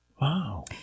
Wow